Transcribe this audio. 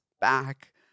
back